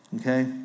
Okay